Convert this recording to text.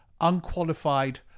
unqualified